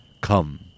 Come